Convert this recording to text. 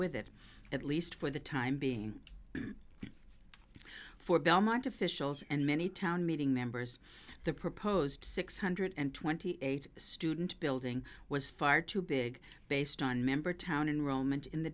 with it at least for the time being for belmont officials and many town meeting members the proposed six hundred twenty eight student building was far too big based on member town in rome and in the